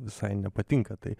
visai nepatinka tai